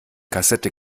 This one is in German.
kassette